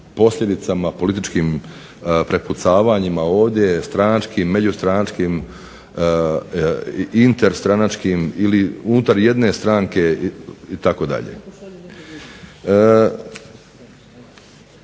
posljedicama, političkim prepucavanjima ovdje, stranačkim, međustranačkim, interstranačkim itd. Ja moram istaći da